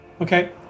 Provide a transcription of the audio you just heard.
Okay